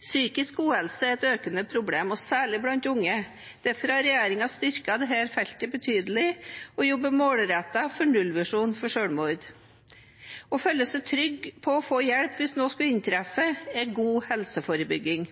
Psykisk uhelse er et økende problem, særlig blant unge. Derfor har regjeringen styrket dette feltet betydelig og jobber målrettet for nullvisjon for selvmord. Å føle seg trygg på å få hjelp hvis noe skulle inntreffe, er god helseforebygging.